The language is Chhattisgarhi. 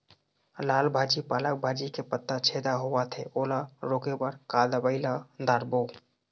लाल भाजी पालक भाजी के पत्ता छेदा होवथे ओला रोके बर का दवई ला दारोब?